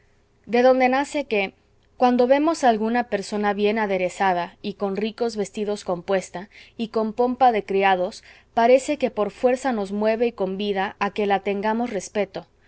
de donde nace que cuando vemos alguna persona bien aderezada y con ricos vestidos compuesta y con pompa de criados parece que por fuerza nos mueve y convida a que la tengamos respeto